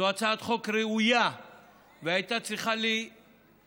זאת הצעת חוק ראויה והייתה צריכה להיחקק,